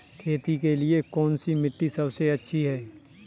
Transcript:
खेती के लिए कौन सी मिट्टी सबसे अच्छी है?